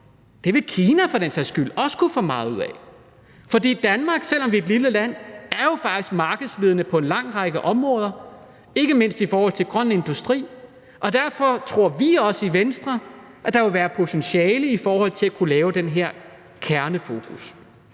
det vil Kina for den sags skyld også kunne få meget ud af. For selv om Danmark er et lille land, er vi jo faktisk markedsledende på en lang række områder, ikke mindst i forhold til grøn industri. Og derfor tror vi i Venstre også, at der vil være et potentiale i at kunne lave den her kernefokus.